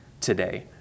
today